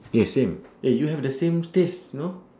eh same eh you have the same taste you know